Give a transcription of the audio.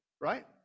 right